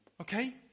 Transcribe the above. Okay